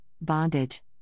bondage